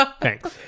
Thanks